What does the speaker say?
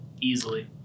easily